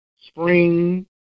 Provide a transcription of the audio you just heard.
spring